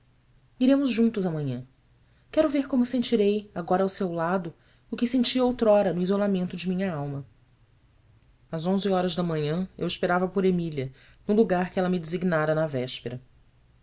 iremos juntos amanhã quero ver como sentirei agora ao seu lado o que sentia outrora no isolamento de minha alma às onze horas da manhã eu esperava por emília no lugar que ela me designara na véspera